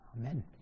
amen